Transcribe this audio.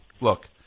Look